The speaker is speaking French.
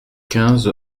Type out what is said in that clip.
quinze